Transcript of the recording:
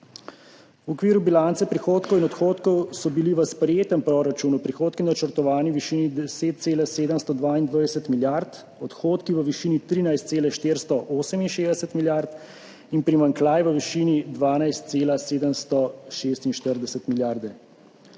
V okviru bilance prihodkov in odhodkov so bili v sprejetem proračunu prihodki načrtovani v višini 10,722 milijarde, odhodki v višini 13,468 milijarde in primanjkljaj v višini 12,746 milijarde.